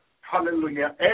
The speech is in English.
Hallelujah